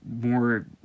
more